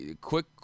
Quick